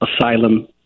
asylum